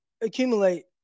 accumulate